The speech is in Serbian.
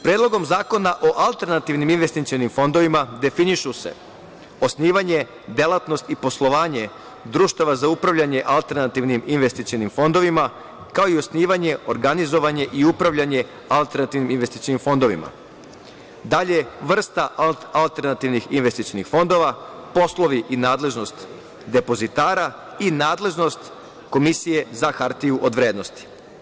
Predlogom zakona o alternativnim investicionim fondovima definišu se osnivanje, delatnost i poslovanje društava za upravljanje alternativnim investicionim fondovima, kao i osnivanje, organizovanje i upravljanje alternativnim investicionim fondovima, dalje, vrsta alternativnih investicionih fondova, poslovi i nadležnost depozitara i nadležnost Komisije za hartije od vrednosti.